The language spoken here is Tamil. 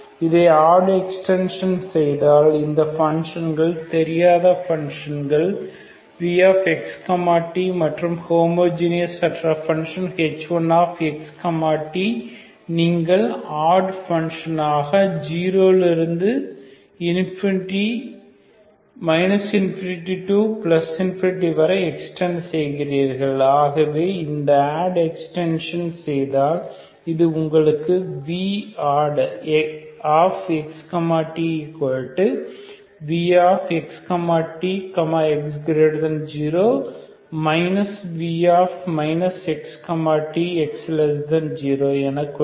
இதை ஆட் எக்ஸ்டென்ஷன் செய்தால் இந்த பன்ஷன்கள் தெரியாத பன்ஷன்கள் vx t மற்றும் ஹோமோஜீனியஸ் ஆற்ற பன்ஷன்கள் h1x t நீங்கள் ஆட் ஃபங்ஷன் ஆக 0 ∞ கிருந்து ∞ வரை எக்ஸ்டெண்ட் செய்கிறீர்கள் ஆகவே இந்த ஆட் எக்ஸ்டன்ஷன் செய்தால் இது உங்களுக்கு voddx tvx t x0 v x t x0 என கொடுக்கும்